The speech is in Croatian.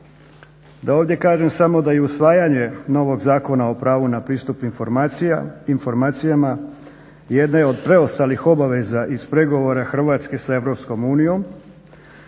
Da ovdje kažem samo da i usvajanje novog Zakona o pravu na pristup informacijama jedna je od preostalih obaveza iz pregovora Hrvatske s EU.